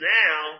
now